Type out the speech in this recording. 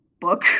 book